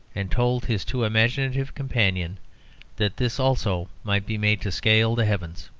and told his too imaginative companion that this also might be made to scale the heavens.